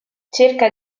cerca